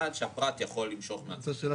עד שהפרט יכול למשוך מהצבירה.